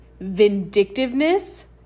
vindictiveness